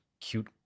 cute